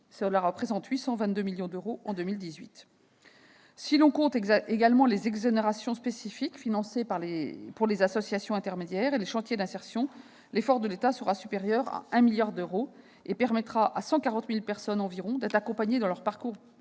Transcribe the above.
en 2018 avec 822 millions d'euros. Si l'on compte également les exonérations spécifiques financées pour les associations intermédiaires et les chantiers d'insertion, l'effort de l'État sera supérieur à 1 milliard d'euros et permettra à 140 000 personnes environ d'être accompagnées dans leur parcours